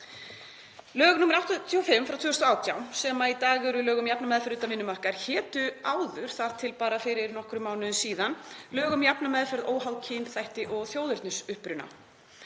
Lög nr. 85/2018, sem í dag eru lög um jafna meðferð utan vinnumarkaðar, hétu áður, þar til bara fyrir nokkrum mánuðum síðan, lög um jafna meðferð óháð kynþætti og þjóðernisuppruna.